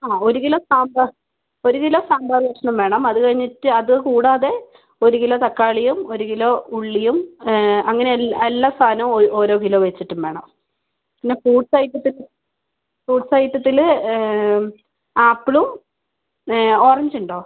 അ ഒരു കിലോ ഒരു കിലോ സാമ്പാർ കഷ്ണം വേണം അതുകഴിഞ്ഞിട്ട് അതുകൂടാതെ ഒരു കിലോ തക്കാളിയും ഒരു കിലോ ഉള്ളിയും അങ്ങനെ എല്ലാ സാധനവും ഓരോ കിലോ വെച്ചിട്ടും വേണം പിന്നെ ഫ്രൂട്സ് ഐറ്റത്തില് ഫ്രൂട്സ് ഐറ്റത്തില് ആപ്പിളും ഓറഞ്ചും ഉണ്ടോ